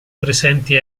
presenti